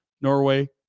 Norway